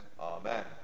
Amen